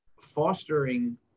Fostering